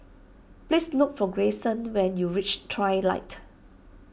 please look for Greyson when you reach Trilight